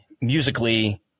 musically